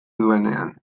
duenean